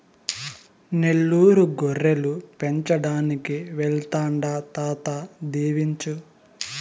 నెల్లూరు గొర్రెలు పెంచడానికి వెళ్తాండా తాత దీవించు